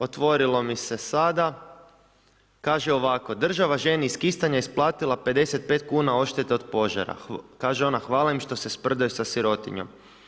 Otvorilo mi se sada, kaže ovako, država ženi iz Kistanja isplatila 55 kn odštete od požara, kaže ona, hvala im štose sprdaju sa sirotinjom.